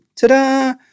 ta-da